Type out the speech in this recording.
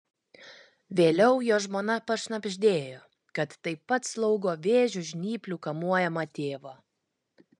vėliau jo žmona pašnabždėjo kad taip pat slaugo vėžio žnyplių kamuojamą tėvą